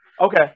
okay